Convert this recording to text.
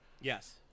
Yes